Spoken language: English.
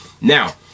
Now